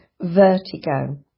vertigo